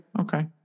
okay